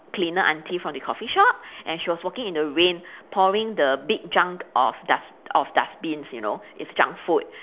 cleaner aunty from the coffee shop and she was walking in the rain pouring the big junk of dust of dustbins you know it's junk food